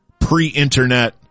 pre-internet